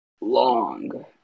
long